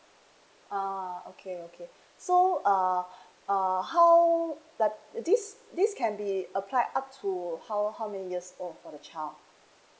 ah okay okay so err err how that this this can be applied up to how how many years old for the child